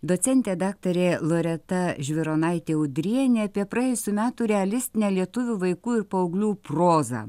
docentė daktarė loreta žvironaitė udrienė apie praėjusių metų realistinę lietuvių vaikų ir paauglių prozą